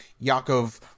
Yakov